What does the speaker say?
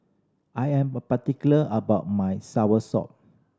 I am particular about my soursop